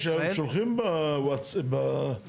יש, היום שולחים הודעות, במייל הצעות.